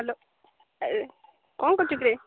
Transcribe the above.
hello କ'ଣ କରୁଛୁ କିରେ